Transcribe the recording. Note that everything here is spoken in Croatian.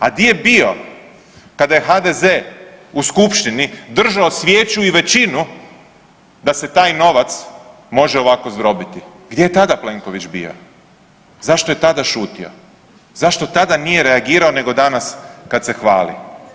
A di je bio kada je HDZ u skupštini držao svijeću i većinu da se taj novac može ovako zdrobiti, gdje je tada Plenković bio, zašto je tada šutio, zašto tada nije reagirao nego danas kad se hvali.